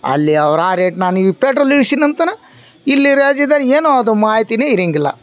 ಅಲ್ಲಿ ಅವ್ರು ಆ ರೇಟ್ ಪೆಟ್ರೋಲ್ ಇಳ್ಸಿದೆ ಅಂತಾನೆ ಇಲ್ಲಿ ರಾಜ್ಯದೋನ್ ಏನೋ ಅದು ಮಾಹಿತಿನೇ ಇರೋಂಗಿಲ್ಲ